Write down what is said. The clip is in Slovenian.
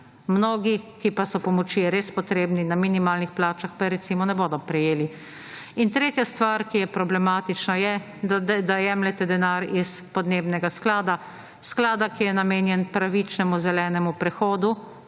Mnogi, ki pa so pomoči res potrebni, na minimalnih plačah, pa recimo ne bodo prejeli. In tretja stvar, ki je problematična je, da jemljete denar iz podnebnega sklada, sklada, ki je namenjen pravičnemu zelenemu prehodu